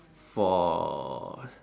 for s~